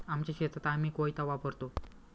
आमच्या शेतात आम्ही कोयता वापरतो